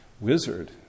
wizard